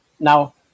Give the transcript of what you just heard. Now